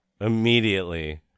immediately